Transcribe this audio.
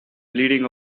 bleeding